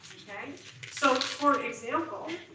so, for example,